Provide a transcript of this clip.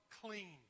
clean